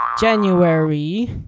January